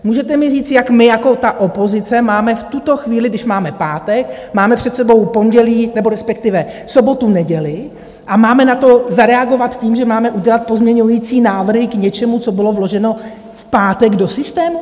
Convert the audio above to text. Můžete mi říct, jak my jako opozice máme v tuto chvíli, když máme pátek, máme před sebou pondělí, nebo respektive sobotu, neděli, a máme na to zareagovat tím, že máme udělat pozměňující návrh k něčemu, co bylo vloženo v pátek do systému?